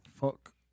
fuck